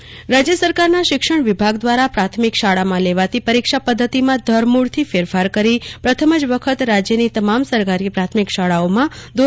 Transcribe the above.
શાળા બાહ્યમૂલ્યાંકન રાજ્ય સરકારના શિક્ષણ વિભાગ દ્વારા પ્રાથમિક શાળાઓમાં લેવાતી પરીક્ષા પદ્વતિમાં ધરમૂળથી ફેરફાર કરી પ્રથમ જ વખત રાજ્યની તમામ સરકારી પ્રાથમિક શાળાઓમાં ધો